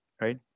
Right